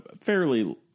fairly